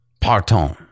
Partons